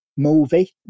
movie